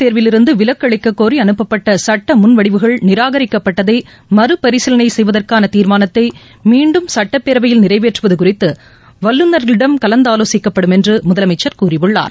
தேர்விலிருந்துவிலக்குஅளிக்கக் கோரிஅனுப்பப்பட்டசட்டமுன்வடிவுகள் நிராகரிக்கப்பட்டதைமறுபரிசீலனைசெய்வதற்கானதீர்மானத்தைமீண்டும் கட்டப்பேரவையில் நிறைவேற்றுவதுகுறித்துவல்லுநர்களிடம் கலந்துஆலோசிக்கப்படும் என்றுமுதலமைச்சர் கூறியுள்ளார்